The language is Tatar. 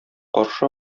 каршы